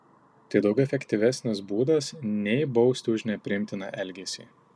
tai daug efektyvesnis būdas nei bausti už nepriimtiną elgesį